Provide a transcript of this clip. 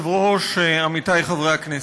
עמיתי חברי הכנסת,